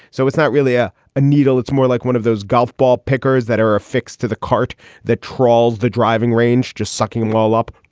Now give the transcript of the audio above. so it's not really a ah needle. it's more like one of those golf ball pickers that are affixed to the cart that trawls the driving range, just sucking while up.